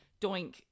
Doink